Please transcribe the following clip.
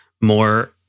more